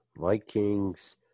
Vikings